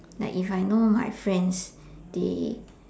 like if I know my friends they